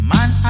Man